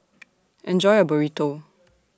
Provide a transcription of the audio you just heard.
Enjoy your Burrito